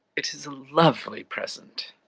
it is a lovely present.